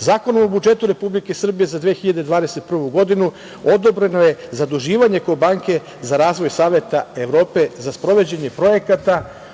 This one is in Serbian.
Zakonom o budžetu Republike Srbije za 2021. godinu odobreno je zaduživanje kod Banke za razvoj Saveta Evrope, za sprovođenje projekata